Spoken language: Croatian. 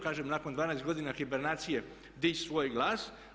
Kažem nakon 12 godina hibernacije dići svoj glas.